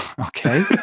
okay